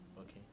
Okay